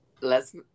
Let's-